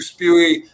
spewy